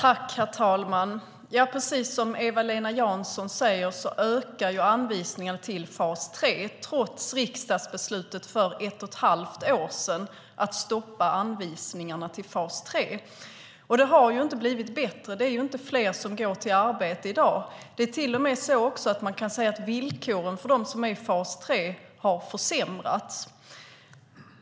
Herr talman! Precis som Eva-Lena Jansson säger ökar anvisningarna till fas 3, trots riksdagsbeslutet för ett och ett halvt år sedan att stoppa anvisningarna till fas 3. Det har ju inte blivit bättre. Det är inte fler som går till arbete i dag. Det är till och med så att man kan säga att villkoren för dem som är i fas 3 har försämrats.